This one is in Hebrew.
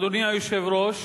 אדוני היושב-ראש,